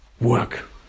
work